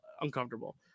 uncomfortable